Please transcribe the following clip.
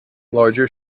larger